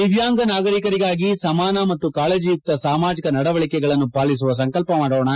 ದಿವ್ಯಾಂಗ ನಾಗರಿಕರಿಗಾಗಿ ಸಮಾನ ಮತ್ತು ಕಾಳಜೆಯುಕ್ತ ಸಾಮಾಜಿಕ ನಡವಳಿಕೆಗಳನ್ನು ಪಾಲಿಸುವ ಸಂಕಲ್ಪವನ್ನು ಮಾಡೋಣ